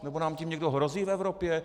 Nebo nám tím někdo hrozí v Evropě?